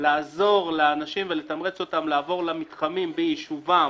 לעזור לאנשים ולתמרץ אותם לעבור למתחמים ביישובם